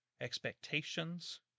expectations